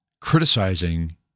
criticizing